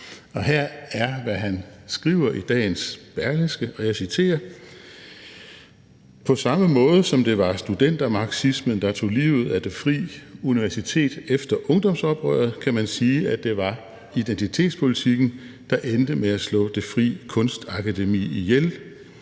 Og her er, hvad han skriver i dagens Berlingske: »På samme måde som det var studentermarxismen, der tog livet af det fri universitet efter ungdomsoprøret, kan man sige, at det var identitetspolitikken, der endte med at slå det fri kunstakademi ihjel.